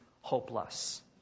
hopeless